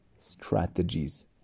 strategies